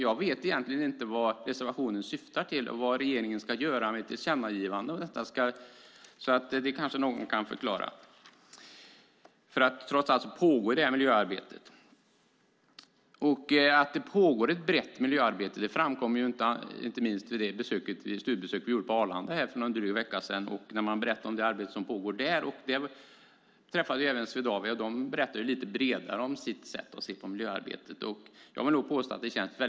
Jag vet inte vad reservationen syftar till och vad regeringen ska göra med ett tillkännagivande. Det kanske någon kan förklara. Att det pågår ett brett miljöarbete framkom inte minst vid vårt studiebesök på Arlanda för en dryg vecka sedan. Vi träffade bland andra Swedavia som berättade om sitt sätt att se på miljöarbetet.